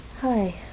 hi